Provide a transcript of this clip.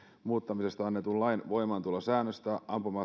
muuttamisesta annetun lain voimaantulosäännöstä ampuma